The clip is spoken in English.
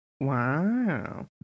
Wow